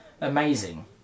amazing